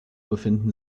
befinden